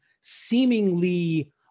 seemingly